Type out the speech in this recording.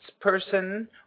person